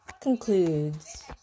concludes